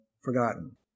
forgotten